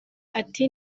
ati